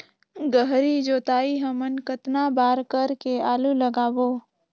गहरी जोताई हमन कतना बार कर के आलू लगाबो?